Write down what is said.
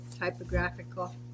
typographical